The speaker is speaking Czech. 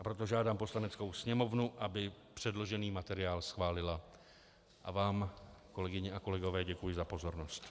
Proto žádám Poslaneckou sněmovnu, aby předložený materiál schválila, a vám, kolegyně a kolegové, děkuji za pozornost.